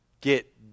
get